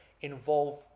involve